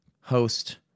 host